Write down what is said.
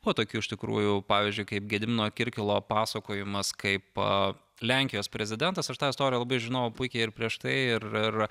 buvo tokių iš tikrųjų pavyzdžiui kaip gedimino kirkilo pasakojimas kaip lenkijos prezidentas aš tą istoriją labai žinojau puikiai ir prieš tai ir ir